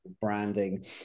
branding